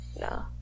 no